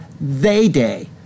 they-day